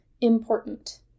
important